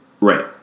Right